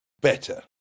better